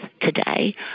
today